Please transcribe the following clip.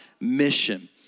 mission